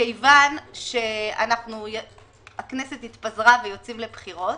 כיוון שהכנסת התפזרה ויוצאים לבחירות.